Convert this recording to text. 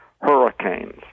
hurricanes